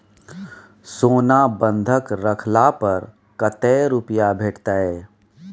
सोना बंधक रखला पर कत्ते रुपिया भेटतै?